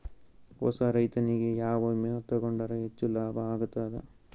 ಹೊಸಾ ರೈತನಿಗೆ ಯಾವ ವಿಮಾ ತೊಗೊಂಡರ ಹೆಚ್ಚು ಲಾಭ ಆಗತದ?